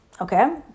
okay